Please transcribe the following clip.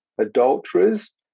adulterers